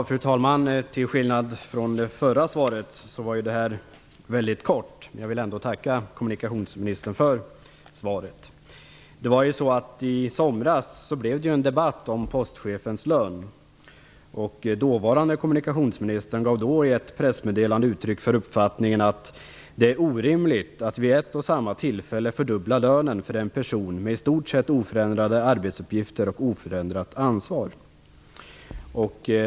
Fru talman! Till skillnad från det förra svaret var detta mycket kort. Jag vill ändå tacka kommunikationsministern för det. I somras blev det en debatt om postchefens lön. Den dåvarande kommunikationsministern gav då i ett pressmeddelande uttryck för sin uppfattning. Han menade att det var orimligt att vid ett och samma tillfälle fördubbla lönen för en person med i stort sett oförändrade arbetsuppgifter och oförändrat ansvar.